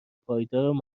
پایدار